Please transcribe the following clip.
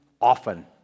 often